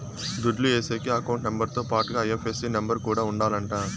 దుడ్లు ఏసేకి account number తో పాటుగా ఐ.ఎఫ్.ఎస్.సి నెంబర్ కూడా ఉండాలంట